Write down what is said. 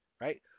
right